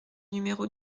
numéro